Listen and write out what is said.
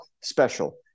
special